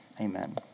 Amen